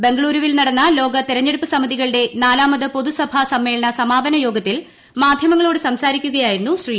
ബംഗളൂരുവിൽ നടന്ന ലോക തെരഞ്ഞെടുപ്പ് സമിതികളുടെ നാലാമത് പൊതുസഭാ സമ്മേളന സമാപന യോഗത്തിൽ മാധ്യമങ്ങളോട് സംസാരിക്കുകയുയിരുന്നു ശ്രീ